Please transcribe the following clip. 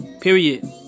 period